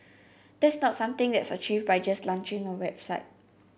that's not something that's achieved by just launching a website